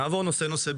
נעבור נושא נושא,